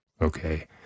Okay